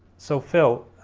so phill,